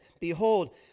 Behold